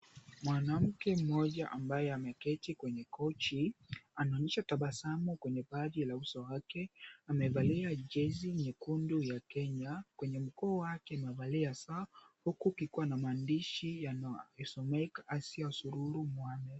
Mwanamke mmoja ambaye ameketi kwenye kochi anaonyesha tabasamu kwenye baadhi la uso wake, amevalia jezi nyekundu ya 𝐾𝑒𝑛𝑦𝑎 kwenye mkooo wake amevalia saa huku kukiwa na maandishi yanayosomeka Asia Sururu Mohammed.